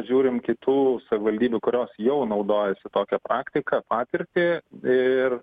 žiūrim kitų savivaldybių kurios jau naudojasi tokia praktika patirtį ir